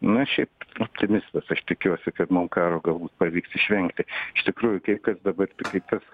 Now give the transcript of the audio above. nu aš šiaip optimistas aš tikiuosi kad mum karo gal pavyks išvengti iš tikrųjų kaip kas dabar tai kaip tas